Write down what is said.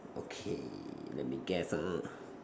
okay let me guess ah